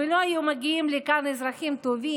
ולא היו מגיעים לכאן אזרחים טובים,